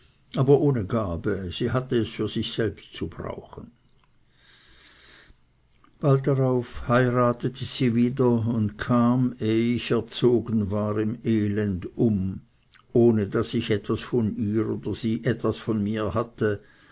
aber ohne gabe sie hatte es für sich selbst zu brauchen bald darauf heiratete sie wieder und kam ehe ich erzogen war im elend um ohne daß ich etwas von ihr oder sie etwas von mir gehört hatte